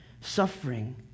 suffering